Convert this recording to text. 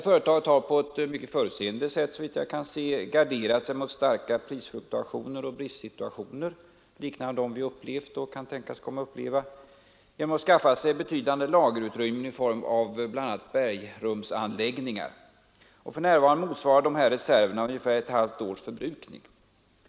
Företaget har på ett mycket förutseende sätt, såvitt jag kan se, garderat sig mot starka prisfluktuationer och bristsituationer, liknande dem vi upplevt och kan tänkas komma att uppleva, genom att skaffa sig betydande lagerutrymmen i form av bl.a. bergrumsanläggningar. För närvarande motsvarar dessa reserver ungefär ett halvt års förbrukning.